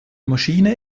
maschine